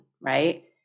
right